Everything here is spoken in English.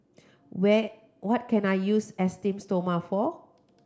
where what can I use Esteem Stoma for